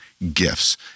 Gifts